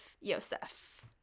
Yosef